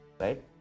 right